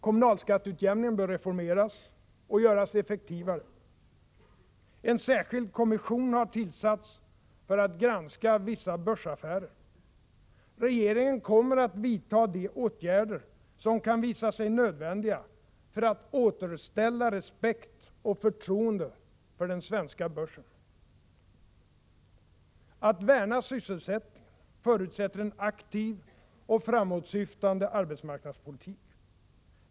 Kommunalskatteutjämningen bör reformeras och göras effektivare. En särskild kommission har tillsatts för att granska vissa börsaffärer. Regeringen kommer att vidta de åtgärder som kan visa sig nödvändiga för att återställa respekt och förtroende för den svenska börsen. Att värna sysselsättningen förutsätter en aktiv och framåtsyftande arbetsmarknadspolitik.